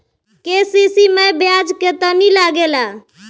KCC मै ब्याज केतनि लागेला?